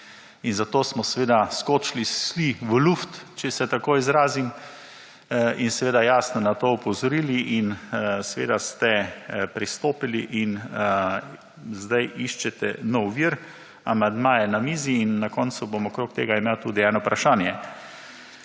in zato smo skočili vsi v luft, če se tako izrazim in seveda jasno na to opozorili in ste pristopili in sedaj iščete nov vir. Amandmaje na mizi in na koncu bomo okoli tega imeli tudi eno vprašanje.